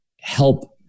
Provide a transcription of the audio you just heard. help